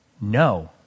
no